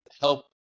help